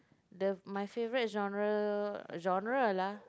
the my favorite genre genre lah